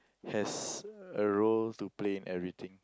has a role to play in everything